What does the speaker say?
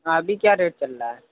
ابھی کیا ریٹ چل رہا ہے